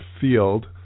Field